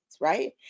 right